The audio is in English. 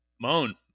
Moan